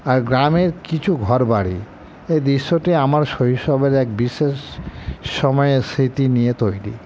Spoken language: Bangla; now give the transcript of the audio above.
আর গ্রামের কিছু ঘর বাড়ি এই দৃশ্যটি আমার শৈশবের এক বিশেষ সময়ের স্মৃতি নিয়ে তৈরি